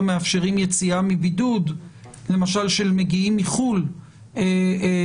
מאפשרים יציאה מבידוד למשל של מגיעים מחוץ לארץ,